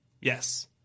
Yes